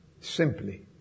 simply